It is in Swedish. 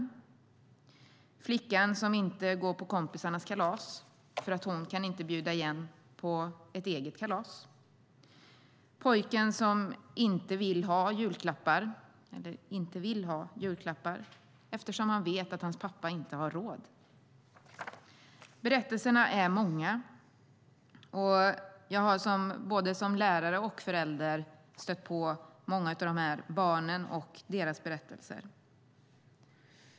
Där finns flickan som inte går på kompisarnas kalas för hon kan inte bjuda igen till ett eget kalas. Där finns också pojken som "inte vill" ha julklappar eftersom han vet att hans pappa inte har råd. Berättelserna är många, och jag har som både lärare och förälder stött på dessa barn och deras berättelser.